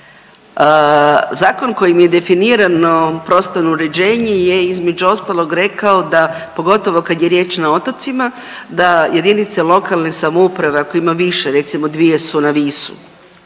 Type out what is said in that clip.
Zakon kojim je definirano prostorno uređenje je između ostalog rekao da, pogotovo kad je riječ na otocima, da JLS ako ima više, recimo dvije su na Visu,